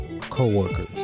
co-workers